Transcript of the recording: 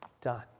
done